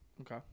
Okay